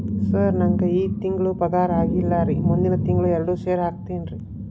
sir ನಂಗ ಈ ತಿಂಗಳು ಪಗಾರ ಆಗಿಲ್ಲಾರಿ ಮುಂದಿನ ತಿಂಗಳು ಎರಡು ಸೇರಿ ಹಾಕತೇನ್ರಿ